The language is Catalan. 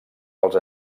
pels